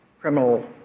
criminal